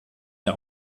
der